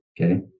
okay